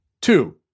Two